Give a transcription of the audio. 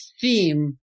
theme